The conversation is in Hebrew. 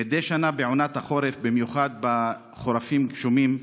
מדי שנה בעונת החורף, במיוחד בחורפים גשומים,